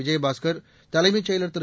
விஜயபாஸ்கர் தலைமைச் செயலர் திரு